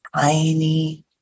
tiny